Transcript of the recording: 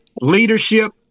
leadership